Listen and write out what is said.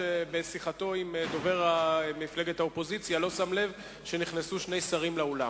שבשיחה עם דובר מפלגת האופוזיציה לא שם לב שנכנסו שני שרים לאולם.